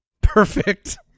Perfect